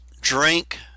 drink